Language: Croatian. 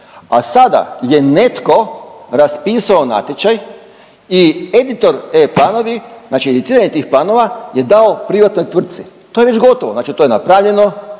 a sada je netko raspisao natječaj i editor e-Planovi, znači editiranje tih planova je dao privatnoj tvrci. To je već gotovo, znači to je napravljeno,